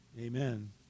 Amen